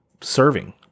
serving